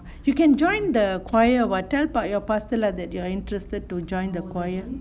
you can join the choir what tell your pastor lah that you are interested to join the choir